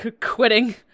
quitting